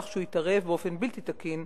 על כך שהוא התערב באופן בלתי תקין